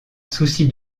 souci